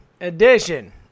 edition